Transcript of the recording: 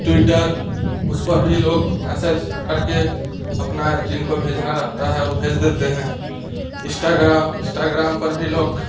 Twitter उस पर भी लोग मैसेज करके अपना जिनको भेजना रहता है वो भेज देते हैं इस्टाग्राम इस्टाग्राम पर भी लोग